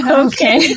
okay